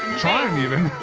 charm, even.